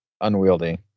unwieldy